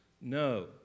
No